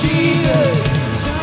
Jesus